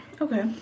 Okay